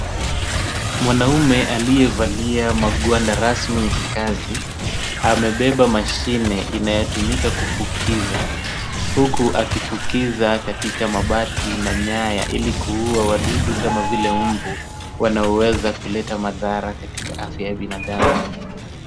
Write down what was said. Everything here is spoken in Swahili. Mwanaume aliyevalia magwanda rasmi ya kikazi, amebeba mashine inayotumika kufukiza, huku akifukiza katika mabati na nyaya, ili kuua wadudu kama vile mbu, wanaoweza kuleta madhara katika afya ya binadamu.